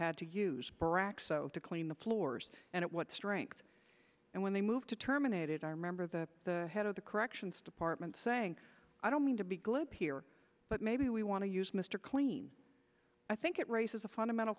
had to use to clean the floors and it what strength and when they moved to terminated i remember that the head of the corrections department saying i don't mean to be glib here but maybe we want to use mr clean i think it raises a fundamental